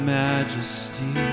majesty